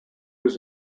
was